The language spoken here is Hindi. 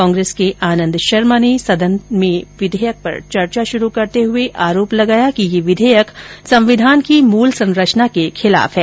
कांग्रेस के आनंद शर्मा ने सदन में विधेयक पर चर्चा शुरू करते हुए आरोप लगाया कि यह विधेयक संविधान की मूल संरचना के खिलाफ है